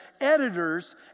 editors